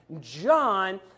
John